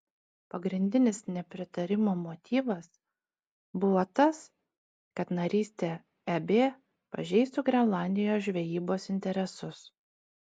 pagrindinis nepritarimo motyvas buvo tas kad narystė eb pažeistų grenlandijos žvejybos interesus